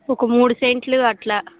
ఒక మూడు సెంట్లు అట్లా